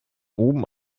oben